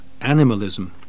animalism